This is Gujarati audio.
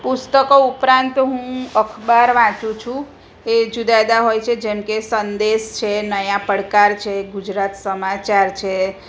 પુસ્તકો ઉપરાંત હું અખબાર વાંચું છું એ જુદાં જુદાં હોય છે જેમકે સંદેશ છે નયા પડકાર છે ગુજરાત સમાચાર છે